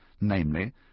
namely